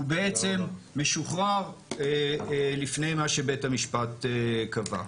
הוא בעצם משוחרר לפני מה שבית המשפט קבע.